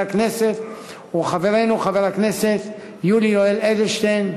הכנסת הוא חברנו חבר הכנסת יולי יואל אדלשטיין.